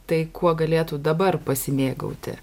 tai kuo galėtų dabar pasimėgauti